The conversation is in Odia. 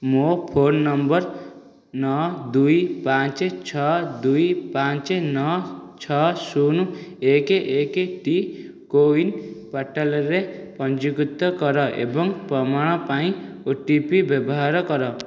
ମୋ ଫୋନ ନମ୍ବର ନଅ ଦୁଇ ପାଞ୍ଚ ଛଅ ଦୁଇ ପାଞ୍ଚ ନଅ ଛଅ ଶୂନ ଏକ ଏକ ଟି କୋୱିନ ପୋର୍ଟାଲରେ ପଞ୍ଜୀକୃତ କର ଏବଂ ପ୍ରମାଣ ପାଇଁ ଓ ଟି ପି ବ୍ୟବହାର କର